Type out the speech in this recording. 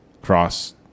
cross-